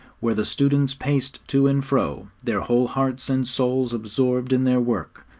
where the students paced to and fro, their whole hearts and souls absorbed in their work.